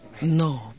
No